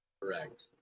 Correct